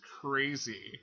crazy